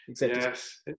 yes